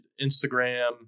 Instagram